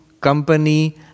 company